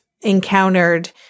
encountered